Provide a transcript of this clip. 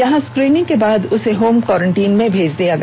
यहां स्क्रिनिंग के बाद उसे होम क्वारैंटीईन में भेज दिया गया